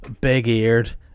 big-eared